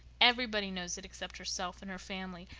everybody knows it except herself and her family.